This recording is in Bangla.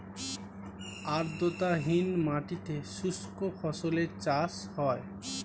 আর্দ্রতাহীন মাটিতে শুষ্ক ফসলের চাষ হয়